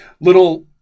Little